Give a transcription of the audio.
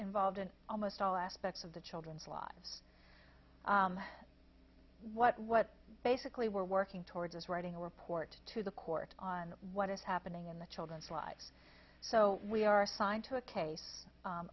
involved in almost all aspects of the children's lives what what basically we're working towards is writing a report to the court on what is happening in the children's lives so we are assigned to a case